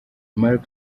mark